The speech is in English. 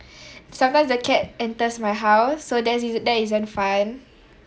sometimes the cat enters my house so there isn't that isn't fun